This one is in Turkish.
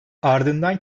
ardından